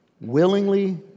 Willingly